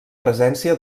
presència